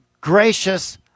gracious